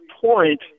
point